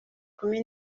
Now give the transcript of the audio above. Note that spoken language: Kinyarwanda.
kumi